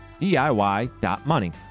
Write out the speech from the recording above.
DIY.money